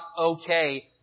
okay